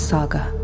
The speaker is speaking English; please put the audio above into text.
Saga